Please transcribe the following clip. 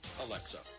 Alexa